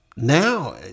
Now